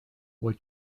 what